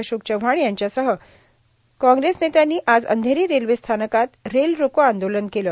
अशोक चव्हाण यांच्यासह काँग्रेस नेत्यांनी आज अंधेरी रेल्वेस्थानकात रेल रोको आंदोलन केलं